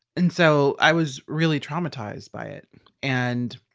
and so i was really traumatized by it and